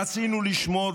רצינו לשמור,